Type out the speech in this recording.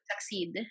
succeed